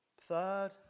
Third